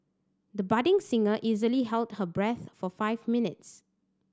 the budding singer easily held her breath for five minutes